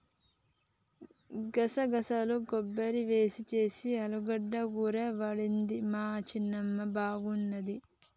గసగసాలు కొబ్బరి వేసి చేసిన ఆలుగడ్డ కూర వండింది మా చిన్నమ్మ బాగున్నది